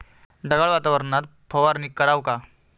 ढगाळ वातावरनात फवारनी कराव का?